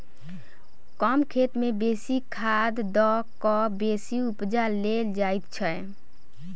कम खेत मे बेसी खाद द क बेसी उपजा लेल जाइत छै